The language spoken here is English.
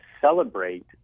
celebrate